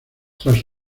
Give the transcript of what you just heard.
tras